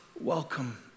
welcome